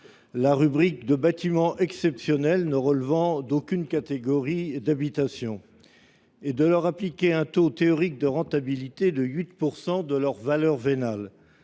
la rubrique des bâtiments exceptionnels ne relevant d’aucune catégorie d’habitation et de leur appliquer un taux théorique de rentabilité de 8 % de leur valeur vénale.